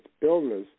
illness